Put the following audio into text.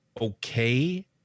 okay